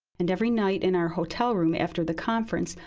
and every night in our hotel room after the conference,